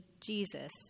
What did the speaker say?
Jesus